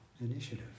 initiative